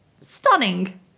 stunning